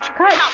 cut